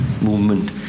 movement